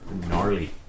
Gnarly